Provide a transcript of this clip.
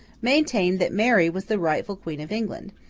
maintained that mary was the rightful queen of england,